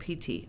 PT